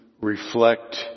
reflect